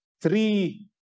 Three